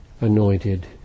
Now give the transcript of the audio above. anointed